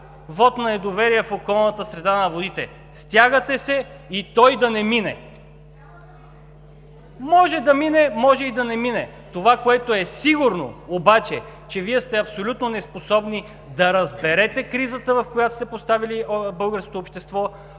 вот на недоверие в околната среда и водите. Стягате се и той да не мине. (Реплика от ГЕРБ: „Няма да мине!“) Може да мине, може и да не мине. Това, което е сигурно обаче, е, че Вие сте абсолютно неспособни да разберете кризата, в която сте поставили българското общество,